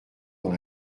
dans